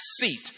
seat